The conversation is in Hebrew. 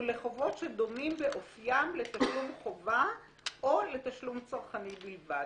ולחובות שדומים באופיים לתשלום חובה או לתשלום צרכני בלבד.